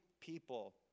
people